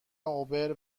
اوبر